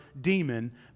demon